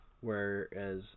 whereas